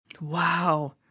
Wow